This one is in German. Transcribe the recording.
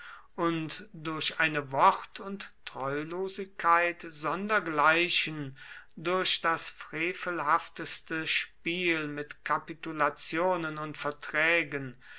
und durch eine wort und treulosigkeit sondergleichen durch das frevelhafteste spiel mit kapitulationen und verträgen